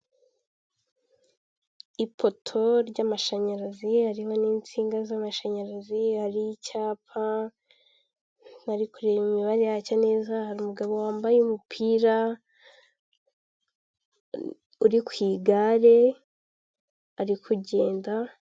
ipoto ry'amashanyarazi, harimo n'insinga z'amashanyarazi, hari icyapa, bari kureba imibare yacyo neza, hari umugabo wambaye umupira uri ku igare ari kugenda.